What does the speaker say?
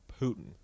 Putin